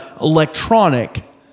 electronic